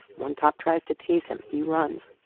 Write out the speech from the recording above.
one cop tries to tase him. he runs.